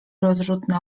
rozrzutne